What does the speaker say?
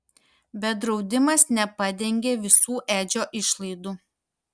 bet draudimas nepadengė visų edžio išlaidų